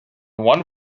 one